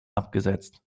abgesetzt